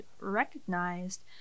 recognized